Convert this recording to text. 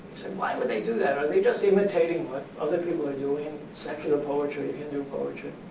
you say, why would they do that? are they just imitating what other people are doing in secular poetry, in hindu poetry?